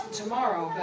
tomorrow